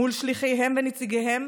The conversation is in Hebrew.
מול שליחיהם ונציגיהם,